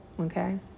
okay